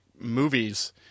movies